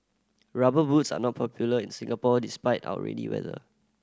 Rubber Boots are not popular in Singapore despite our rainy weather